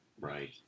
Right